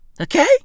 okay